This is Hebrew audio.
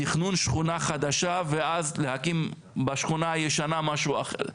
תכנון שכונה חדשה ואז להקים בשכונה הישנה משהו אחר.